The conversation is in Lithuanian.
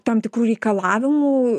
tam tikrų reikalavimų